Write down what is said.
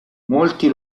molti